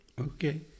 Okay